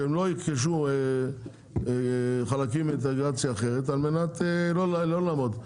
שהם לא ירכשו חלקים מאינטגרציה אחרת על מנת לא לעמוד.